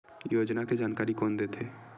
योजना के जानकारी कोन दे थे?